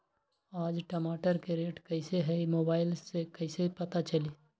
आज टमाटर के रेट कईसे हैं मोबाईल से कईसे पता चली?